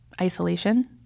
isolation